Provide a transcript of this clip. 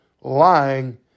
lying